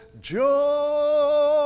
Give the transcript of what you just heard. joy